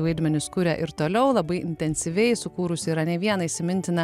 vaidmenis kuria ir toliau labai intensyviai sukūrusi yra ne vieną įsimintiną